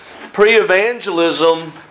pre-evangelism